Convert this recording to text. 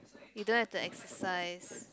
you don't have to exercise